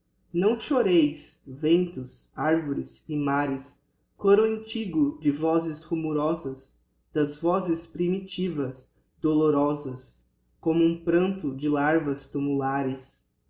não choreis ventos arvores e mares côro antigo de vozes rumorosas das vozes primitivas dolorosas como um pranto de larvas tumulares